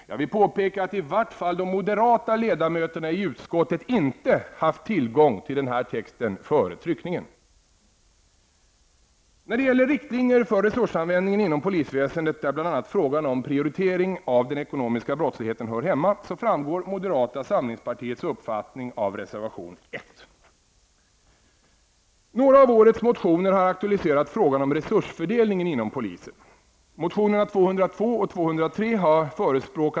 Jag vill påpeka att i vart fall de moderata ledamöterna i utskottet inte har haft tillgång till denna text före tryckningen av betänkandet. När det gäller riktlinjer för resursanvändningen inom polisväsendet, där bl.a. frågan om prioriteringen av den ekonomiska brottsligheten hör hemma, framgår det av reservation 1 vad som är moderata samlingspartiets uppfattning. I några av årets motioner aktualiseras frågan om resursfördelningen inom polisen.